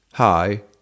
Hi